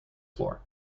floor